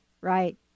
right